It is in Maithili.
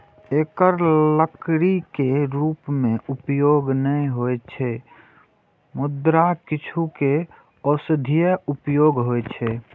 एकर लकड़ी के रूप मे उपयोग नै होइ छै, मुदा किछु के औषधीय उपयोग होइ छै